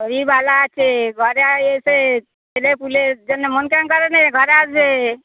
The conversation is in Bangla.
হরিবালা আছে ঘরে আর এসে ছেলেপুলের জন্য মন কেমন করে নে ঘরে আসবে